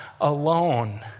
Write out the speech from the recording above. alone